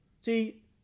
See